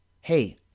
Hey